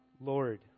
Lord